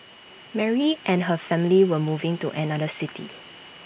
Mary and her family were moving to another city